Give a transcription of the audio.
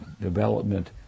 development